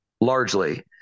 largely